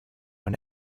when